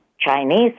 Chinese